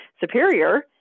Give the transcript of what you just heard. superior